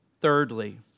thirdly